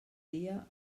dia